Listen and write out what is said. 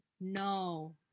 No